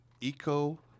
Eco